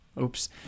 Oops